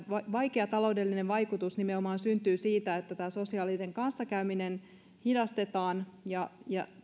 vaikea taloudellinen vaikutus nimenomaan syntyy siitä että sosiaalista kanssakäymistä rajataan ja